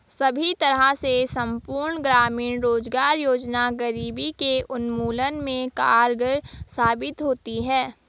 सभी तरह से संपूर्ण ग्रामीण रोजगार योजना गरीबी के उन्मूलन में कारगर साबित होती है